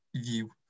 view